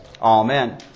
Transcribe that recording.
Amen